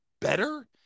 better